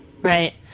Right